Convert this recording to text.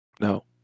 No